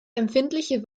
empfindliche